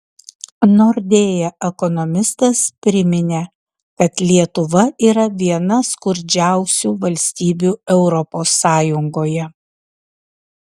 nordea ekonomistas priminė kad lietuva yra viena skurdžiausių valstybių europos sąjungoje